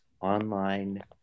online